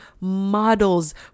models